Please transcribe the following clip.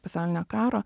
pasaulinio karo